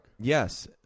Yes